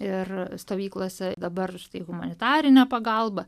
ir stovyklose dabar štai humanitarinę pagalbą